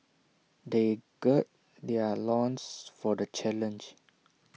they gird their loins for the challenge